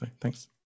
Thanks